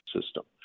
system